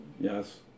Yes